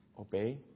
Obey